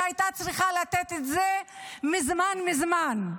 שהייתה צריכה לתת את זה מזמן מזמן.